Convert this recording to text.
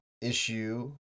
issue